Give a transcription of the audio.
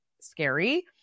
scary